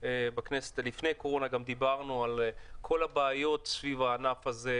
גם לפני הקורונה דיברנו בכנסת הרבה על כל הבעיות בענף הזה,